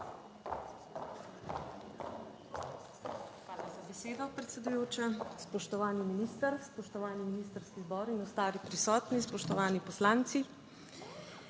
Hvala za besedo, predsedujoča. Spoštovani minister, spoštovani ministrski zbor in ostali prisotni, spoštovani poslanci!